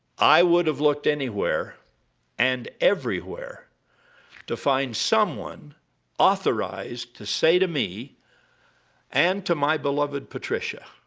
i would have looked anywhere and everywhere to find someone authorized to say to me and to my beloved patricia